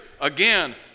Again